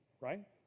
right